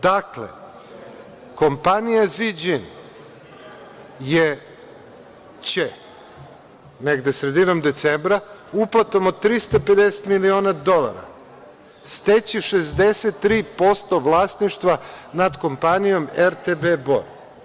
Dakle, kompanija „Ziđin“ će negde sredinom decembra uplatom od 350 miliona dolara steći 63% vlasništva nad kompanijom RTB Bor.